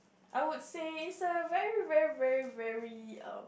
I would say it's a very very very very um